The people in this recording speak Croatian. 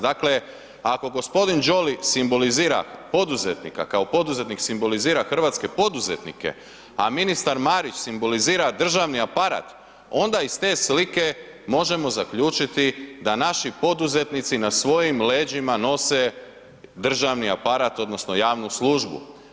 Dakle, ako gospodin Jolly simbolizira poduzetnika, kao poduzetnik simbolizira hrvatske poduzetnike, a ministar Marić simbolizira državni aparat onda iz te slike možemo zaključiti da naši poduzetnici na svojim leđima nose državni aparat odnosno javnu službu.